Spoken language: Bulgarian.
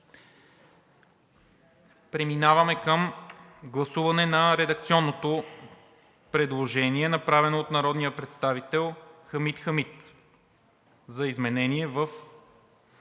Преминаваме към гласуване на редакционното предложение, направено от народния представител Хамид Хамид, за изменение в